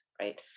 right